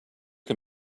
can